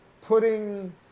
putting